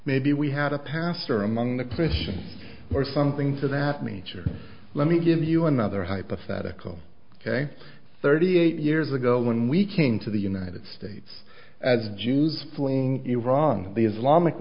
maybe we had a pastor among the christians or something to that meter let me give you another hypothetical ok thirty eight years ago when we came to the united states as jews fling iran the islamic